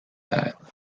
that